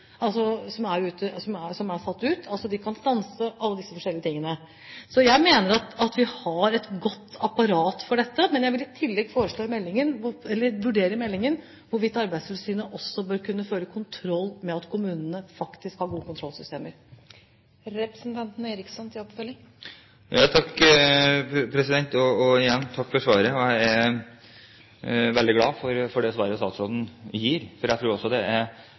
som er satt ut. De kan altså stanse arbeidet eller gjøre alle disse andre tingene. Så jeg mener at vi har et godt apparat for dette. Jeg vil i tillegg vurdere i meldingen hvorvidt Arbeidstilsynet også bør kunne føre kontroll med at kommunene faktisk har gode kontrollsystemer. Igjen takk for svaret. Jeg er veldig glad for det svaret statsråden gir. Jeg tror også